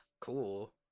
cool